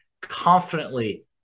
confidently